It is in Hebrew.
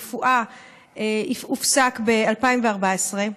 התמרוץ לגשת לפסיכיאטריה כמתמחים של רפואה הופסק ב-2014.